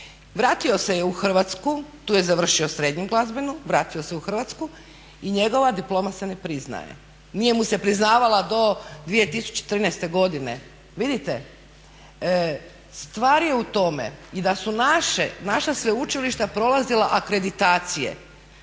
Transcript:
Vratio se u Hrvatsku, tu je završio srednju glazbenu, vratio se u Hrvatsku i njegova diploma se ne priznaje. Nije mu se priznavala do 2013. godine. Vidite, stvar je u tome i da su naša sveučilišta prolazila akreditacije